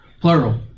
Plural